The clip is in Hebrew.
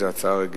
זאת הצעה רגילה.